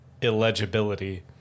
illegibility